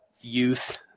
youth